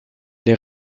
les